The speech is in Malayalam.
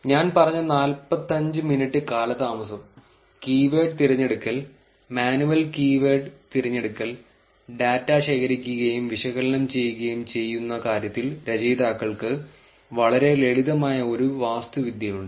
ഞാൻ പറഞ്ഞ നാൽപ്പത്തഞ്ചു മിനിറ്റ് കാലതാമസം കീവേഡ് തിരഞ്ഞെടുക്കൽ മാനുവൽ കീവേഡ് തിരഞ്ഞെടുക്കൽ ഡാറ്റ ശേഖരിക്കുകയും വിശകലനം ചെയ്യുകയും ചെയ്യുന്ന കാര്യത്തിൽ രചയിതാക്കൾക്ക് വളരെ ലളിതമായ ഒരു വാസ്തുവിദ്യയുണ്ട്